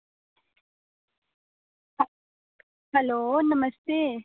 hello नमस्ते